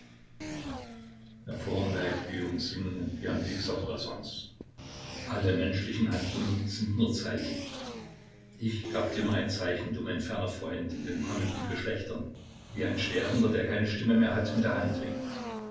prsence alle menschlichen handlungen sind nur zeichen ich gab dir nur ein zeichen du mein ferner freund in den kommenden geschlechtern wie ein sterbender der keine stimme mehr hat mit der hand winkt